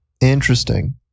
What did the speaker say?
Interesting